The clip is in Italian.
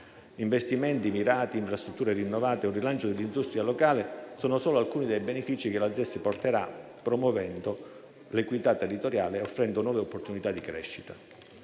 Investimenti mirati, infrastrutture rinnovate e rilancio dell'industria locale sono solo alcuni dei benefici che la ZES porterà, promuovendo l'equità territoriale ed offrendo nuove opportunità di crescita.